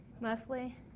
Mostly